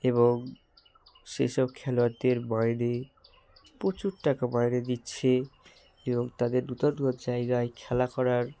এবং সে সব খেলোয়াড়দের মাইনে প্রচুর টাকা মাইনে দিচ্ছে এবং তাদের নূতন নূতন জায়গায় খেলা করার